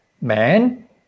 man